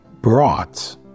brought